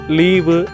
leave